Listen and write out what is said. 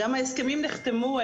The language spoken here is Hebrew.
גם ההסכמים נחתמו,